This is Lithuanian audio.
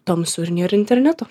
tamsu ir nėr interneto